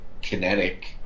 kinetic